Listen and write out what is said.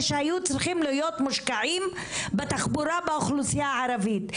שהיו צריכים להיות מושקעים בתחבורה באוכלוסייה הערבית.